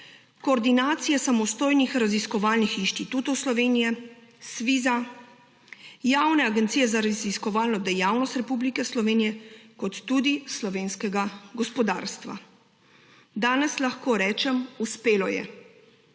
Koordinacije samostojnih raziskovalnih inštitutov Slovenije, Sviza, Javne agencije za raziskovalno dejavnost Republike Slovenije kot tudi slovenskega gospodarstva. Danes lahko rečem, da je